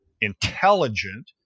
intelligent